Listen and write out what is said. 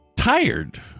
tired